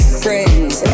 friends